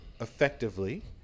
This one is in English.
effectively